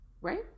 Right